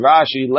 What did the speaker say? Rashi